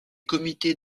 comités